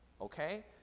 okay